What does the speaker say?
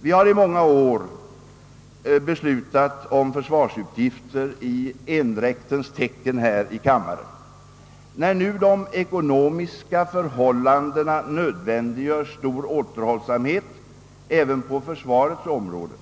Vi har här i kammaren i många år beslutat om = försvarsutgifter i endräkt. När nu de ekonomiska förhållandena nödvändiggör stor återhållsamhet även på försvarets område,